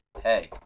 Hey